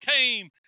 came